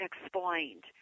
explained